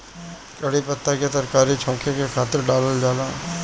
कढ़ी पत्ता के तरकारी छौंके के खातिर डालल जाला